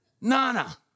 Nana